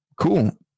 cool